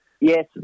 Yes